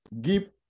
Give